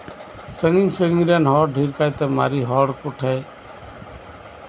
ᱥᱟ ᱜᱤᱧᱼᱥᱟ ᱜᱤᱧ ᱨᱮᱱ ᱦᱚᱲ ᱰᱷᱮᱨ ᱠᱟᱭᱛᱮ ᱢᱟᱨᱮ ᱦᱚᱲ ᱠᱚ ᱴᱷᱮᱱ